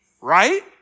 right